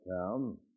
town